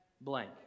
blank